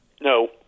No